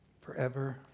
forever